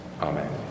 Amen